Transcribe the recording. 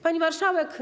Pani Marszałek!